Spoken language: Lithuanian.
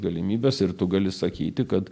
galimybes ir tu gali sakyti kad